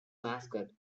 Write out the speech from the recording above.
mascot